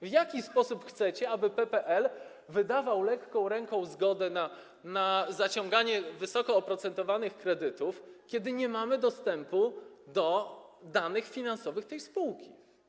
W jaki sposób chcecie, aby PPL wydawał lekką ręką zgodę na zaciąganie wysoko oprocentowanych kredytów, kiedy nie mamy dostępu do danych finansowych tej spółki?